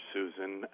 Susan